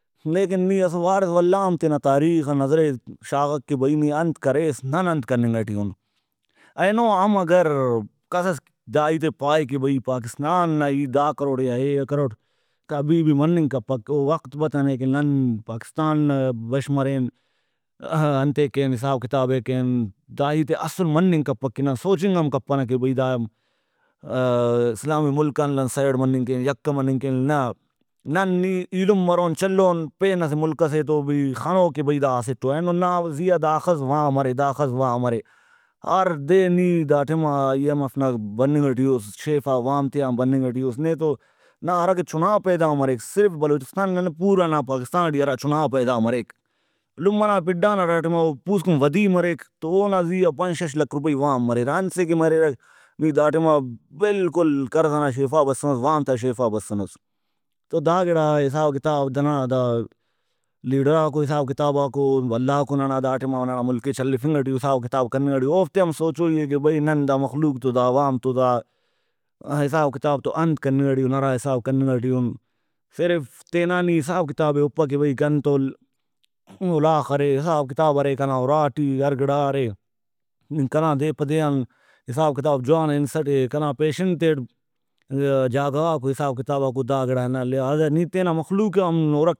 لیکن نی اسہ وارس ولا ہم تینا تاریخا نظرے شاغک کہ بھئی نی انت کریس نن انت کننگ ٹی اُن۔ اینو ہم اگر کسس داہیتے پائے کہ بھئی پاکستان ای دا کروٹ یا اے کروٹ کبھی بھی مننگ کپک او وخت بتنے کہ نن پاکستان نا بش مرین انتے کین حساب کتابے کین دا ہیتے اسُل مننگ کپک کہ نن سوچنگ ہم کپنہ کہ بھئی دا اسلامی مُلک آن نن سیڈ مننگ کین یکہ مننگ کین نہ نن نی ایلم مرون چلون پین اسہ مُلک سے تو بھی خنو کہ بھئی دا اسٹ اواینو نا زیہا دا اخس وام ارے دا اخس وام ارے ہردے نی دا ٹائما آئی ایم ایف نا بننگ ٹی اُس شیفا وام تیان بننگ ٹی اُس نیتو نا ہراکہ چُھناپیدا مریک صرف بلوچستان نا نہ پورا نا پاکستان ٹی ہرا چُھنا پیدا مریک لمہ نا پھڈان ہرا ٹائما ہرا ٹائما او پوسکن ودی مریک تو اونا زیہا پنچ شش لکھ رُپئی وام مریرہ انت سے کہ مریرہ نی دا ٹائما بالکل قرض ئنا شیفا بسُنس وام تا شیفا بسُنس تو دا گڑا حساب کتاب دا ننا دا لیڈراکو حساب کتاباکو بھلاکو ننا دا ٹائما او ننا مُلکے چلیفنگ ٹی او حساب کتاب کننگ ٹی او اوفتے ہم سوچوئی اے کہ بھئی نن دا مخلوق تو دا عوام تو دا حساب کتاب توانت کننگ ٹی اُن ہرا حساب کننگ ٹی اُن صرف تینا نی حساب کتابے ہُپہ کہ بھئی کنتون اُلاخ ارے حساب کتاب ارے کنا اُراٹی ہر گڑا ارے کنا دے پہ دے آن حساب کتاب جوان ہنسہ ٹی اے کنا پیشن تیٹ جاگہ غاکو حساب کتاباکو دا گڑانہ لہٰذا نی تینا مخلوق ئے ہم ہُرک